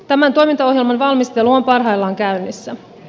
tämän toimintaohjelman valmistelu on parhaillaan käynnissä